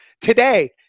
today